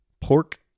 pork